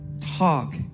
talk